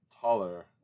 taller